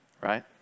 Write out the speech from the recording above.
right